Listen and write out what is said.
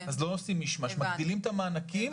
אז לא עושים מישמש מגדילים את המענקים.